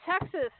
Texas